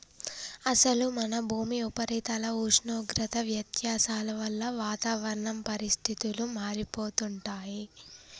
అసలు మన భూమి ఉపరితల ఉష్ణోగ్రత వ్యత్యాసాల వల్ల వాతావరణ పరిస్థితులు మారిపోతుంటాయి